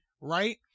Right